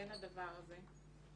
בין הדבר הזה.